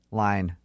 line